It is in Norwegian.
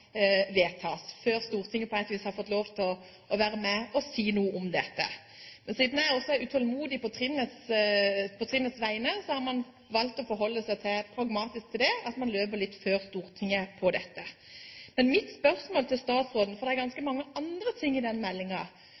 vedtas, før Stortinget har fått lov til å være med og si noe om dette. Men siden jeg også er utålmodig på trinnets vegne, har jeg valgt å forholde meg pragmatisk til at man løper litt før Stortinget her. Mitt spørsmål til statsråden – for det er ganske mange andre ting i den